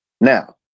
Now